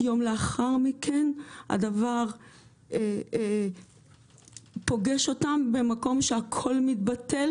יום לאחר מכן הדבר פוגש אותם במקום שהכול מתבטל